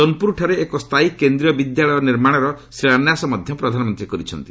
ସୋନପୁରଠାରେ ଏକ ସ୍ଥାୟୀ କେନ୍ଦ୍ରୀୟ ବିଦ୍ୟାଳୟ ନିର୍ମାଣର ଶିଳାନ୍ୟାସ ମଧ୍ୟ ପ୍ରଧାନମନ୍ତ୍ରୀ କରିଛନ୍ତି